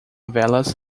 velas